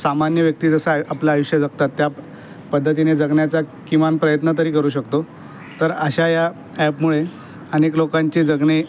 सामान्य व्यक्ती जसा आपलं आयुष्य जगतात त्या पद्धतीने जगण्याचा किमान प्रयत्न तरी करू शकतो तर अशा या ॲपमुळे अनेक लोकांचे जगने